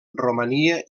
romania